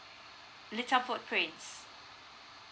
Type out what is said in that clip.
little footprints